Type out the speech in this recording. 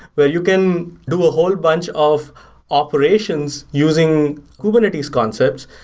where you can do a whole bunch of operations using kubernetes concepts.